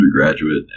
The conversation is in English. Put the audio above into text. undergraduate